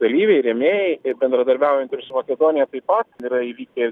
dalyviai rėmėjai ir bendradarbiaujant ir su makedonija taip pat yra įvykę